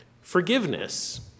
Forgiveness